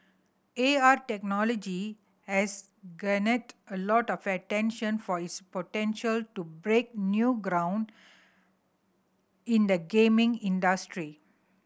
A R technology has garnered a lot of attention for its potential to break new ground in the gaming industry